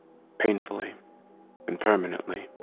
painfully and permanently.